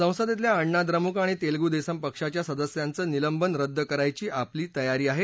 संसदेतल्या अण्णाद्रमुक आणि तेलगु देसम पक्षाच्या सदस्यांचं निलंबन रद्द करायची आपली तयारी आहे